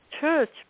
church